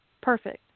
Perfect